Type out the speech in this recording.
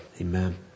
Amen